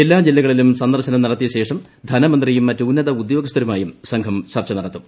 എല്ലാ ജില്ലകളിലും സന്ദർശനം നടത്തിയ ശേഷം ധനമന്ത്രിയും മറ്റ് ഉന്നത ഉദ്യോഗസ്ഥരുമായും സംഘം ചർച്ച നടത്തും